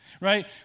right